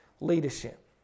leadership